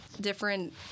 different